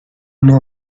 know